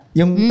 yung